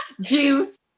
juice